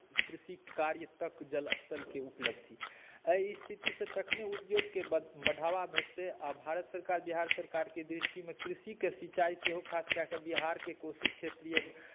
कृषी काल तक जल स्तरके उपलब्धि एहि स्थिति से तखने उद्योगकेँ बढ़ावा भेटतै आ भारत सरकार बिहार सरकारकेँ दृष्टिमे क़ृषीकेँ सिचाई सेहो खास कए बिहारकेँ कोशी क्षेत्रीय